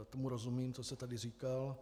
Tomu rozumím, co jste tady říkal.